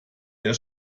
der